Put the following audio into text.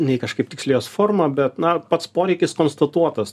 nei kažkaip tiksli jos forma bet na pats poreikis konstatuotas